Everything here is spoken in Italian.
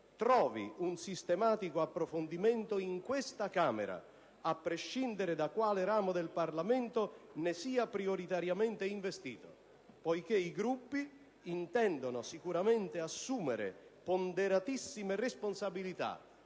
trovi un sistematico approfondimento in questa Camera, a prescindere da quale ramo del Parlamento ne sia prioritariamente investito, poiché i Gruppi intendono sicuramente assumere ponderatissime responsabilità